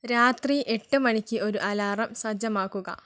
രാത്രി എട്ട് മണിക്ക് ഒരു അലാറം സജ്ജമാക്കുക